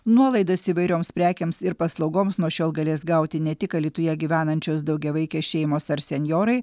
nuolaidas įvairioms prekėms ir paslaugoms nuo šiol galės gauti ne tik alytuje gyvenančios daugiavaikės šeimos ar senjorai